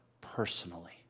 personally